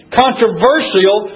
controversial